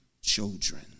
children